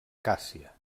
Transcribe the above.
càssia